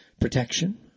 protection